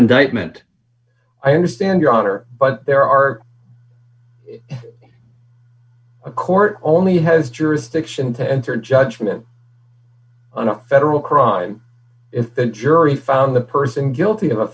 indictment i understand your honor but there are a court only has jurisdiction to enter judgment on a federal crime if the jury found the person guilty of a